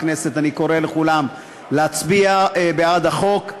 בכנסת: אני קורא לכולם להצביע בעד החוק,